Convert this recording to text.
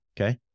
okay